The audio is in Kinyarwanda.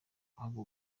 ahubwo